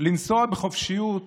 לנסוע בחופשיות